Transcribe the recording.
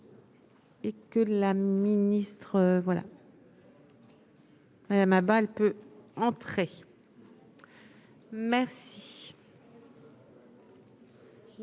Merci